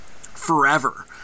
forever